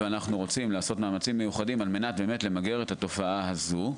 לעשות מאמצים מיוחדים על מנת באמת למגר את התופעה הזו,